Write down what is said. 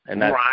Right